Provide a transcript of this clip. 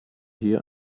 hier